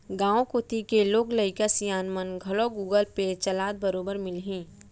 गॉंव कोती के लोग लइका सियान मन घलौ गुगल पे चलात बरोबर मिलहीं